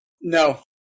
No